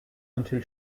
until